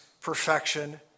perfection